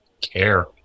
care